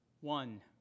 one